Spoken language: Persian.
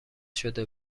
شده